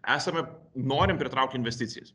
esame norim pritraukt investicijas